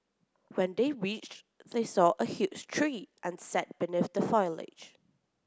when they reached they saw a huge tree and sat beneath the foliage